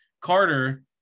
carter